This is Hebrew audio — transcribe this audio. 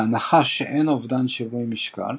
בהנחה שאין איבוד שיווי משקל,